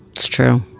it's true